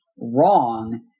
wrong